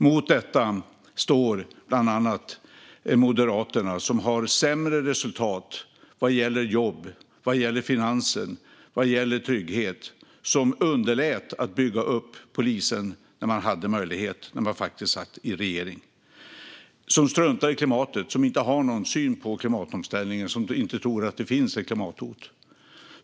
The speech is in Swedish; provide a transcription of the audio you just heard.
Mot detta står bland annat Moderaterna, som har sämre resultat vad gäller jobb, vad gäller finansen och vad gäller trygghet. Moderaterna underlät att bygga upp polisen när man satt i regering och hade möjligheten. Man struntar i klimatet. Man har ingen syn på klimatomställningen och tror inte att det finns ett klimathot.